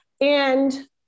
And-